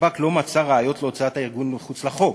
שב"כ לא מצא ראיות להוצאת הארגון מחוץ לחוק?